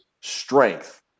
strength